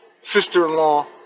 sister-in-law